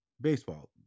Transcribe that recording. baseball